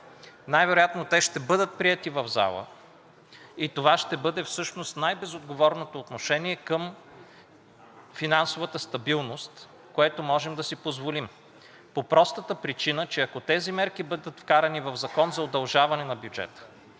най-вероятно те ще бъдат приети в залата и това ще бъде всъщност най-безотговорното отношение към финансовата стабилност, което можем да си позволим, по простата причина, че ако тези мерки бъдат вкарани в закон за удължаване на бюджета